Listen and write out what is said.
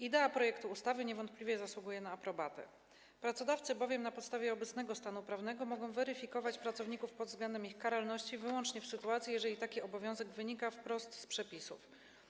Idea projektu ustawy niewątpliwie zasługuje na aprobatę, pracodawcy bowiem na podstawie obecnego stanu prawnego mogą weryfikować pracowników pod względem ich karalności wyłącznie w sytuacji, jeżeli taki obowiązek wynika wprost z przepisów.